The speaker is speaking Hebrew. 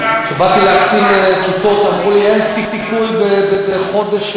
כשבאתי להקטין כיתות אמרו לי: אין סיכוי בחודש,